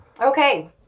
Okay